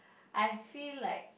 I feel like